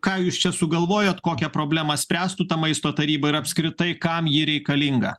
ką jūs čia sugalvojot kokią problemą spręstų ta maisto taryba ir apskritai kam ji reikalinga